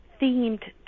themed